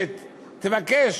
שתבקש